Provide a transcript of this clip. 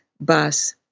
bus